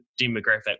demographic